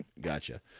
Gotcha